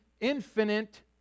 infinite